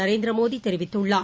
நரேந்திரமோட தெரிவித்துள்ளார்